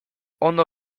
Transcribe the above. ondo